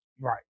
Right